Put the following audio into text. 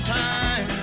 time